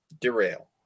derail